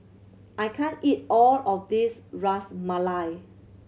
I can't eat all of this Ras Malai